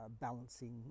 balancing